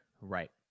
Right